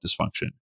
dysfunction